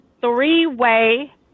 three-way